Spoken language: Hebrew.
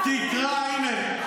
תקרא, הינה.